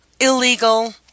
illegal